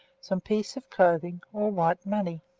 some piece of clothing, or white money.